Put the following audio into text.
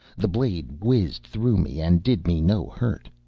the blade whizzed through me, and did me no hurt.